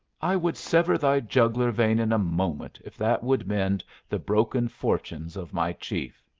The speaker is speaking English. i would sever thy jugular vein in a moment if that would mend the broken fortunes of my chief.